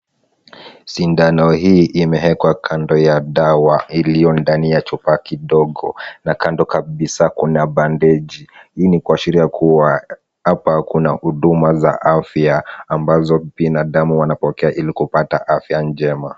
Sindano hii imeekwa kando ya dawa iliyo ndani ya chupa kidogo. Kando kabisa kuna bandeji. Hii ni kuashiria kuwa hapa kuna huduma za afya ambazo binadamu wanapokea ili kupata afya njema.